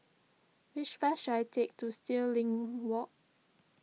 which bus should I take to Stirling Walk